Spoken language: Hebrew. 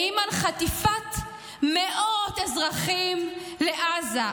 האם על חטיפת מאות אזרחים לעזה,